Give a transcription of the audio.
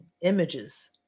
images